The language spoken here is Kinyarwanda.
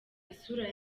isura